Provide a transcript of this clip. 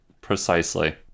precisely